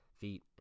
feet